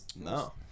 No